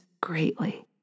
greatly